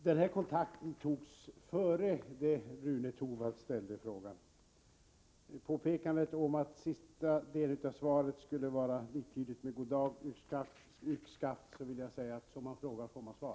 Herr talman! Kontakter togs innan Rune Torwald ställde frågan. Med anledning av påpekandet att sista delen av svaret skulle vara liktydigt med goddag-yxskaft, skulle jag vilja säga: som man frågar får man svar.